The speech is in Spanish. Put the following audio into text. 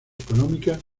económicas